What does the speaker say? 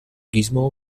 gizmo